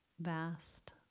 vast